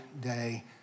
day